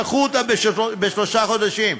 דחו אותה בשלושה חודשים,